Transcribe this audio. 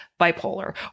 bipolar